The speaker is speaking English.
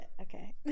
okay